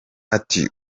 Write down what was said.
ati